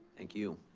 thank you.